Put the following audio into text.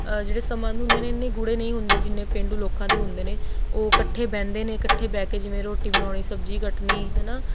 ਜਿਹੜੇ ਸੰਬੰਧ ਹੁੰਦੇ ਨੇ ਇੰਨੇ ਗੂੜੇ ਨਹੀਂ ਹੁੰਦੇ ਜਿੰਨੇ ਪੇਂਡੂ ਲੋਕਾਂ ਦੇ ਹੁੰਦੇ ਨੇ ਉਹ ਇਕੱਠੇ ਬਹਿੰਦੇ ਨੇ ਇਕੱਠੇ ਬਹਿ ਕੇ ਜਿਵੇਂ ਰੋਟੀ ਬਣਾਉਣੀ ਸਬਜ਼ੀ ਕੱਟਣੀ ਹੈ ਨਾ